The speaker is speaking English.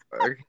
Okay